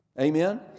Amen